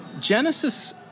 Genesis